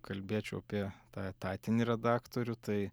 kalbėčiau apie tą etatinį redaktorių tai